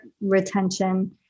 retention